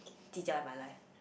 ji-jiao in my life